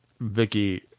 Vicky